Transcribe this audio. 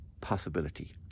possibility